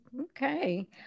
Okay